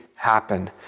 happen